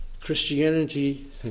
Christianity